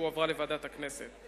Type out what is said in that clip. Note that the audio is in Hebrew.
והועברה לוועדת הכנסת.